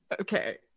okay